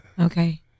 Okay